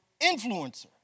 influencer